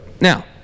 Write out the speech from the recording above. Now